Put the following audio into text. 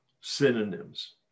synonyms